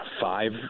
five